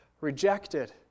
rejected